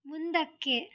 ಮುಂದಕ್ಕೆ